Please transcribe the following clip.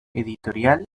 editorial